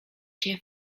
się